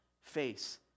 face